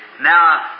Now